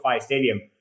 Stadium